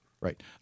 Right